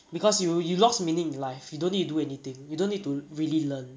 because you you lost meaning in life you don't need to do anything you don't need to really learn